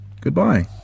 Goodbye